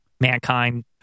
Mankind